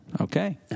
Okay